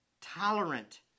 Tolerant